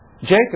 Jacob